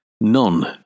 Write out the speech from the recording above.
none